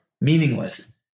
meaningless